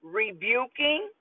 rebuking